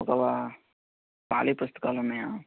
ఓకేవా ఖాళీ పుస్తకాలున్నాయా